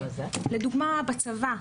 לדוגמה בצבא.